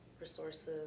resources